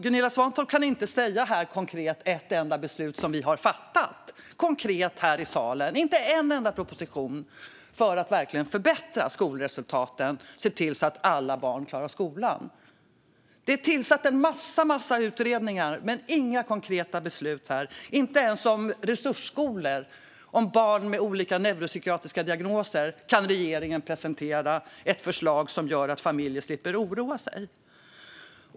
Gunilla Svantorp kan inte säga ett enda konkret beslut som vi har fattat här - inte en enda proposition - för att verkligen förbättra skolresultaten och se till att alla barn klarar skolan. Det har tillsatts en massa utredningar, men inga konkreta beslut har fattats här. Regeringen kan inte ens presentera ett förslag om resursskolor för barn med olika neuropsykiatriska diagnoser som gör att familjer slipper oroa sig.